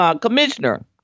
Commissioner